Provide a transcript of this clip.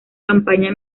campaña